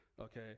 okay